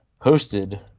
hosted